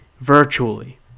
virtually